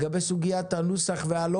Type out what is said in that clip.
כרגע לא מצביעים על סעיף ב'2,